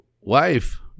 wife